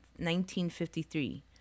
1953